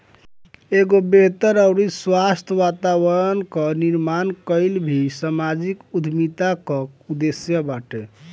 एगो बेहतर अउरी स्वस्थ्य वातावरण कअ निर्माण कईल भी समाजिक उद्यमिता कअ उद्देश्य बाटे